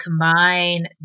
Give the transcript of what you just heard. combine